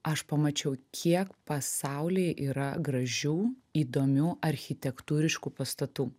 aš pamačiau kiek pasauly yra gražių įdomių architektūriškų pastatų